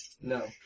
No